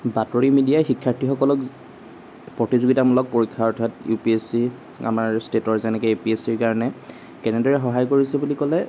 বাতৰি মিডিয়াই শিক্ষাৰ্থীসকলক প্ৰতিযোগিতামূলক পৰীক্ষা অৰ্থাৎ ইউপিএছচি আমাৰ ষ্টেটৰ যেনেকে এপিএছচিৰ কাৰণে কেনেদৰে সহায় কৰিছে বুলি ক'লে